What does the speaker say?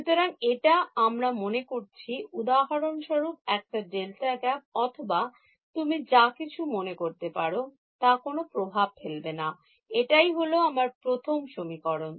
সুতরাং এটা আমরা মনে করছি উদাহরণস্বরূপ একটা delta gap অথবা তুমি যা কিছু মনে করতে পারো তা কোনো প্রভাব ফেলবে না এটাই হলো আমার প্রথম সমীকরণ